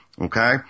Okay